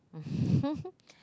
mmhmm